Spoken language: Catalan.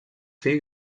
fill